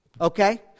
Okay